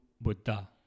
Buddha